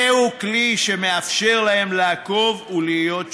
זהו כלי שמאפשר להם לעקוב ולהיות שותפים.